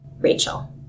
Rachel